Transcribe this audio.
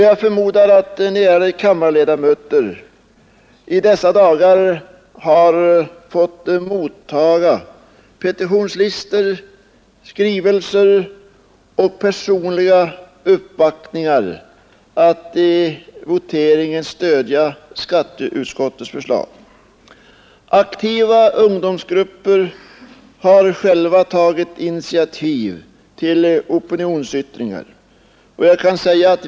Jag förmodar att ni, ärade kammarledamöter, i dessa dagar har fått motta petitionslistor, skrivelser och personliga uppvaktningar om att i voteringen stödja skatteutskottets förslag. Aktiva ungdomsgrupper har själva tagit initiativ till opinionsyttringar.